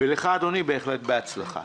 ולך, אדוני, בהחלט בהצלחה.